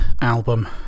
album